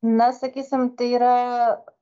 na sakysim tai yra